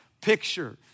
picture